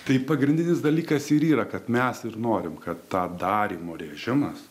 tai pagrindinis dalykas ir yra kad mes ir norim kad tą darymo režimas